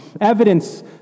Evidence